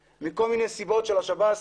מכל מיני סיבות של שירות בתי הסוהר,